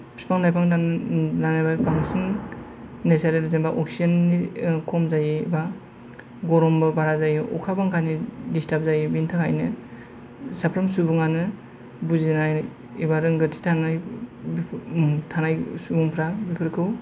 फिफां लाइफां दाननायाव बांसिन नेचारेल जेनबा अक्सिजेननि खम जायो एबा गरमबो बारा जायो अखा बांखानि दिसटार्ब जायो बेनि थाखायनो साफ्रोम सुबुङानो बुजिनाय एबा रोंगौथि थानाय थानाय सुबुंफ्रा बेफोरखौ